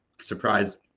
surprise